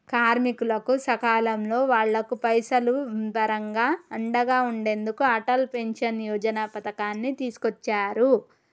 కార్మికులకు సకాలంలో వాళ్లకు పైసలు పరంగా అండగా ఉండెందుకు అటల్ పెన్షన్ యోజన పథకాన్ని తీసుకొచ్చారు